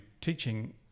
teaching